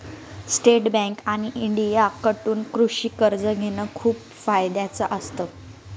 state Bank of India कडून कृषि कर्ज घेण खूप फायद्याच असत